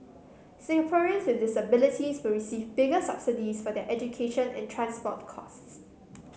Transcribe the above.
Singaporeans with disabilities will receive bigger subsidies for their education and transport costs